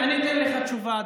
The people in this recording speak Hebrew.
אני אתן לך תשובה,